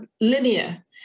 linear